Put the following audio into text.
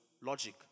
logic